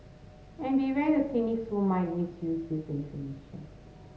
and beware the cynics who might misuse this information